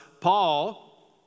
Paul